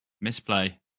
misplay